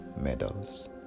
medals